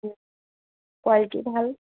quality ভাল